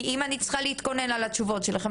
כי אם אני צריכה להתכונן על התשובות שלכם,